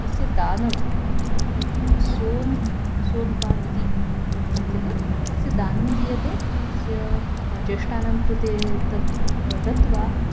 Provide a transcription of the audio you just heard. तस्य दानं तत् सोन् सोन् पान् इति कथ्यते तस्य दानं दीयते तस्य ज्येष्ठानां कृते तत् दत्वा